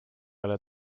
ole